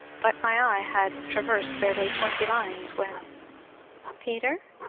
but my eye had traversed barely twenty lines when peter?